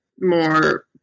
more